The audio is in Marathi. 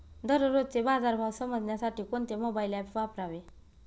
दररोजचे बाजार भाव समजण्यासाठी कोणते मोबाईल ॲप वापरावे?